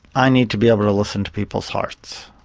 i need to be able to listen to people's hearts.